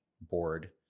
board